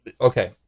okay